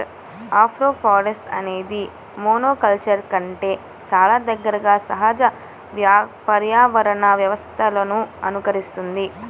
agroforestry అనేది మోనోకల్చర్ల కంటే చాలా దగ్గరగా సహజ పర్యావరణ వ్యవస్థలను అనుకరిస్తుంది